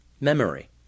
Memory